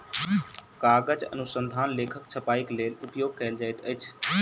कागज अनुसंधान लेख के छपाईक लेल उपयोग कयल जाइत अछि